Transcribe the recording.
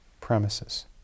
premises